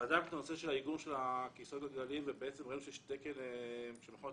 הנושא של עיגון כיסאות הגלגלים נבדק וראינו שיש תקן ישראלי